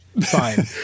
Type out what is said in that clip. fine